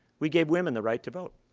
we gave women the right to vote.